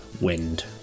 wind